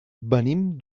venim